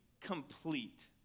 complete